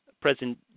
President